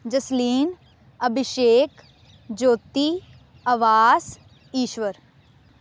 Jasleen Abhishek Jyoti Awas Ishwar